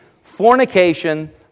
fornication